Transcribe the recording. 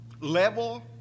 level